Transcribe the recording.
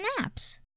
apps